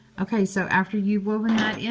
ok. so after you've woven that yeah